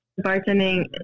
bartending